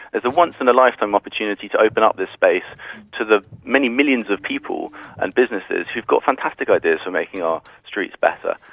is a once-in-a-lifetime opportunity to open up this space to the many millions of people and businesses who've got fantastic ideas for making our streets better.